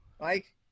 Mike